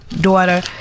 daughter